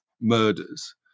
murders